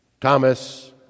Thomas